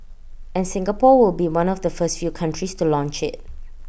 and Singapore will be one of the first few countries to launch IT